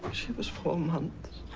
she was four months